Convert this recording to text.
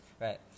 right